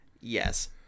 Yes